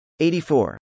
84